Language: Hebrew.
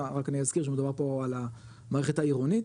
רק אני אזכיר שמדובר פה על המערכת העירונית,